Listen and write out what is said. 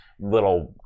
little